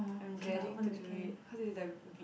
I'm dreading to do it cause it's like a bit